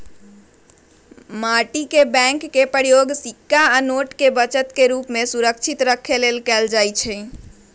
माटी के बैंक के प्रयोग सिक्का आ नोट के बचत के रूप में सुरक्षित रखे लेल कएल जाइ छइ